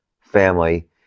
family